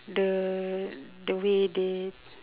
the the way they